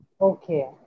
Okay